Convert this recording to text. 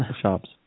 shops